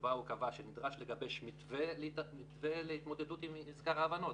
שבה הוא קבע שנדרש לגבש מתווה להתמודדות עם מזכר ההבנות